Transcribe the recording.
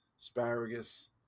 asparagus